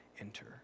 enter